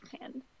hand